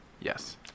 Yes